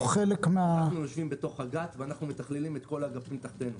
אנחנו יושבים בתוך הג"תא ואנחנו מתכללים את כל האגפים מתחתינו.